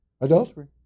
adultery